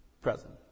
present